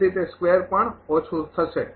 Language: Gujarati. તેથી તે સ્કેવર પણ ઓછું હશે